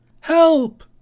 Help